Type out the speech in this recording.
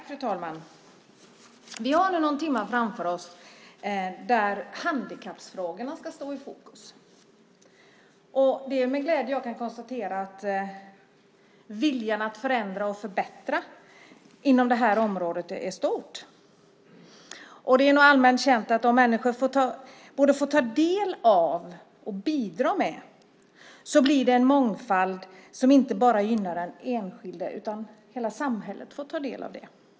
Fru talman! Vi har nu någon timme framför oss där handikappfrågorna ska stå i fokus. Det är med glädje jag kan konstatera att viljan att förändra och förbättra inom det här området är stor. Det är nog allmänt känt att om människor både får ta del av och bidra med något så blir det en mångfald som inte bara gynnar den enskilde, utan hela samhället får ta del av det.